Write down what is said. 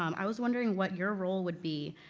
um i was wondering what your role would be